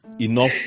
enough